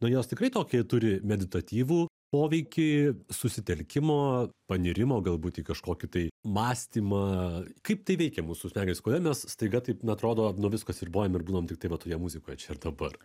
na jos tikrai tokį turi meditatyvų poveikį susitelkimo panirimo galbūt į kažkokį tai mąstymą kaip tai veikia mūsų smegenis kodėl mes staiga taip na atrodo nuo visko atsiribojam ir būnam tiktai va toje muzikoje čia ir dabar